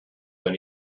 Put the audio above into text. than